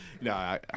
No